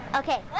okay